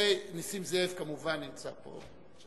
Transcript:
נסים זאב כמובן נמצא פה.